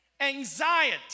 Anxiety